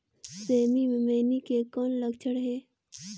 सेमी मे मईनी के कौन लक्षण हे?